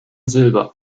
silber